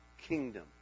kingdom